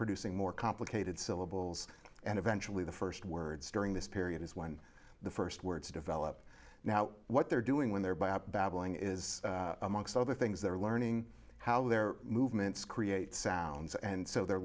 producing more complicated syllables and eventually the first words during this period when the first words develop now what they're doing when they're by a babbling is amongst other things they're learning how their movements create sounds and so they're